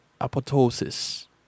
apoptosis